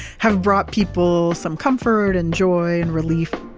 have brought people some comfort and joy and relief.